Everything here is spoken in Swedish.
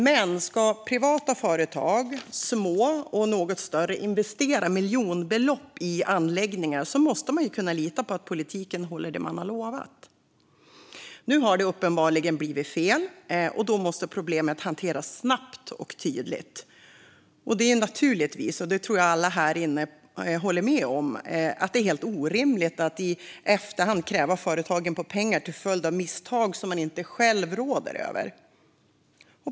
Men ska privata företag, små och något större, investera miljonbelopp i anläggningar måste de kunna lita på att politiken håller det den lovat. Nu har det uppenbarligen blivit fel, och då måste problemet hanteras snabbt och tydligt. Jag tror att alla här inne håller med om att det är helt orimligt att i efterhand kräva företagen på pengar till följd av misstag som de själva inte råder över.